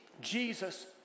Jesus